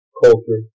culture